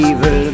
Evil